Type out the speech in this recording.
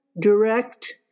direct